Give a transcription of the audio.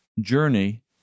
journey